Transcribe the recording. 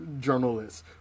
journalists